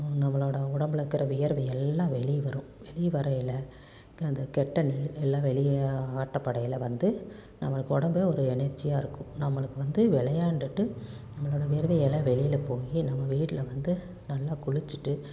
நம்மளோட உடம்பில் இருக்கிற வியர்வையெல்லாம் வெளியே வரும் வெளியே வரையில் அந்த கெட்ட நீர் எல்லாம் வெளியே ஆட்டப்படையில் வந்து நம்மளுக்கு உடம்பே ஒரு எனர்ஜியாக இருக்கும் நம்மளுக்கு வந்து விளையாண்டுட்டு நம்மளோட வேர்வையெல்லாம் வெளியில் போய் நம்ம வீட்டில் வந்து நல்லா குளிச்சுட்டு நம்ம